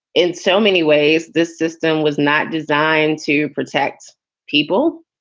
in so many ways, this system was not designed to protect people.